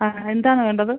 ആ എന്താണ് വേണ്ടത്